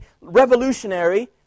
revolutionary